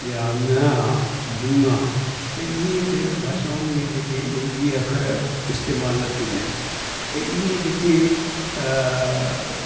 या ङ आहे मुङ त इहे ॿियनि भाषाउनि में जेके आहिनि न इहे अख़र इस्तेमाल न थींदा इन त इएं जेके अ